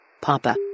Papa